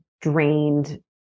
drained